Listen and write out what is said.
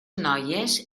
noies